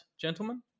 gentlemen